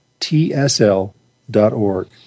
tsl.org